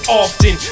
often